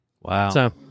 Wow